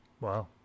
Wow